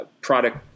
product